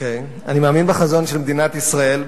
אני מאמין בחזון של מדינת ישראל,